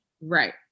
Right